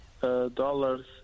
dollars